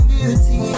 Beauty